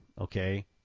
okay